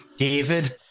David